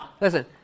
Listen